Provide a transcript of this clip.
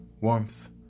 warmth